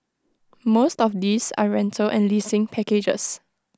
most of these are rental and leasing packages